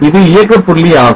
இது இயக்க புள்ளி ஆகும்